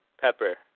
Pepper